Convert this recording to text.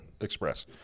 Express